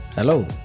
Hello